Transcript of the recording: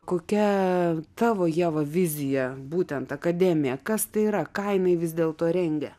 kokia tavo ieva vizija būtent akademija kas tai yra ką jinai vis dėl to rengia